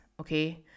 Okay